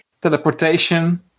teleportation